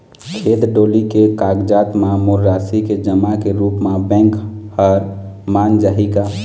खेत डोली के कागजात म मोर राशि के जमा के रूप म बैंक हर मान जाही का?